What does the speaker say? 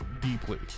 deeply